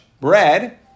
bread